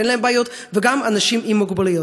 שאין להם בעיות, וגם לאנשים עם מוגבלות.